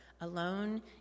alone